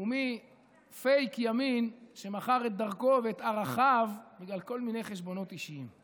ומי פייק ימין שמכר את דרכו ואת ערכיו בגלל כל מיני חשבונות אישיים.